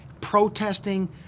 protesting